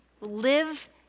live